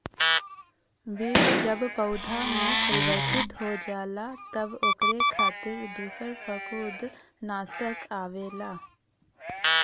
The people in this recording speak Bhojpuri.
बीज जब पौधा में परिवर्तित हो जाला तब ओकरे खातिर दूसर फंफूदनाशक आवेला